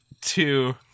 two